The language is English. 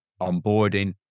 onboarding